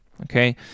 Okay